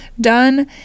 done